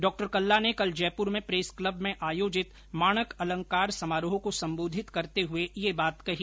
डॉ कल्ला ने कल जयपुर में प्रेस क्लब में आयोजित माणक अलंकार समारोह को संबोधित करते हुए यह बात कही